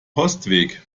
postweg